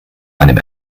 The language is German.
einem